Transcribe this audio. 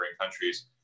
countries